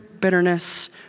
bitterness